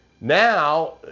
now